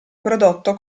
prodotto